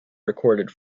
recorded